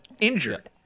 injured